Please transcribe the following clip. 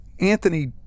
anthony